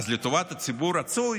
אז לטובת הציבור רצוי